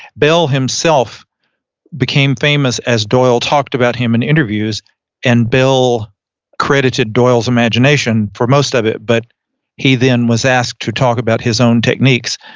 bell himself became famous as doyle talked about him in interviews and bell credited doyle's imagination for most of it, but he then was asked to talk about his own techniques.